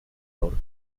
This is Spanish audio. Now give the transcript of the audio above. hornos